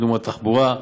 דוגמת תחבורה,